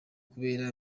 kubera